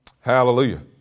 Hallelujah